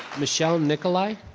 michelle nicolai?